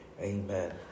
amen